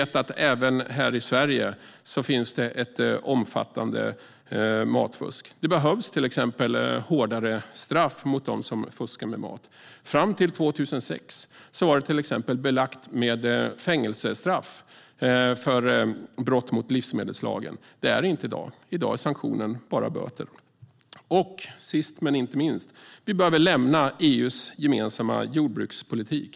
Även i Sverige finns det ett omfattande matfusk. Det behövs till exempel hårdare straff för dem som fuskar med maten. Fram till 2006 var brott mot livsmedelslagen belagt med fängelsestraff. Så är det inte i dag. I dag består sanktionen bara av böter. Sist, men inte minst, behöver vi lämna EU:s gemensamma jordbrukspolitik.